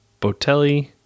Botelli